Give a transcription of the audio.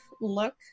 look